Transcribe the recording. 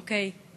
אוקיי.